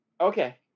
okay